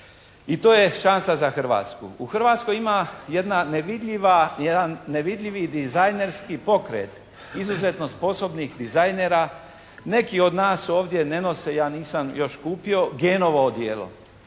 I to je šansa za Hrvatsku. U Hrvatskoj ima jedna nevidljiva, jedan nevidljivi dizajnerski pokret izuzetno sposobnih dizajenera. Neki od nas ovdje ne nose, ja nisam još kupio «Genovo» odijelo.